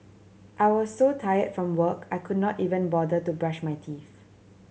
I was so tired from work I could not even bother to brush my teeth